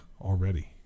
already